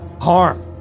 harm